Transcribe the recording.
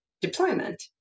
deployment